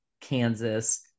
kansas